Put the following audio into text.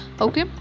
Okay